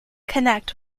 connect